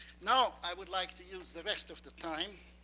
now, i would like to use the rest of the time